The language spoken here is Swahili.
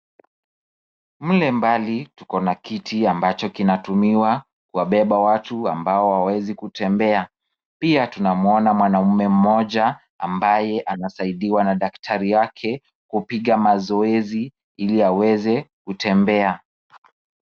Mle mbali tuko na kiti ambacho kinatumiwa kuwabeba watu ambao hawawezi kutembea. Pia tunamwona mwanaume mmoja ambaye anasaidiwa na daktari wake kupiga mazoezi ili aweze kutembea.